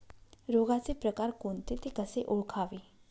रोगाचे प्रकार कोणते? ते कसे ओळखावे?